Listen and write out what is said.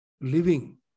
living